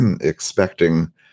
expecting